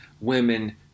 women